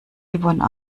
yvonne